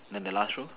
then the last row